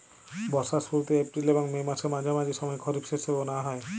বর্ষার শুরুতে এপ্রিল এবং মে মাসের মাঝামাঝি সময়ে খরিপ শস্য বোনা হয়